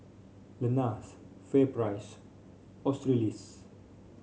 Lenas FairPrice Australis